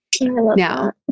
Now